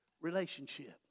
relationship